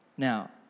Now